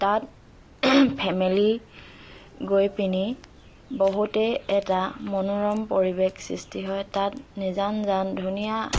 তাত ফেমিলী গৈ পিনি বহুতেই এটা মনোৰম পৰিৱেশ সৃষ্টি হয় তাত নিজান জান ধুনীয়া